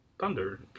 Thunder